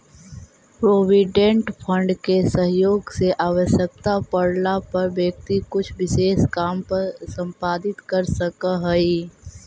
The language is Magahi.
प्रोविडेंट फंड के सहयोग से आवश्यकता पड़ला पर व्यक्ति कुछ विशेष काम संपादित कर सकऽ हई